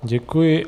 Děkuji.